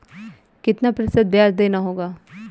कितना प्रतिशत ब्याज देना होगा?